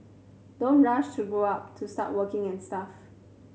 don't rush to grow up to start working and stuff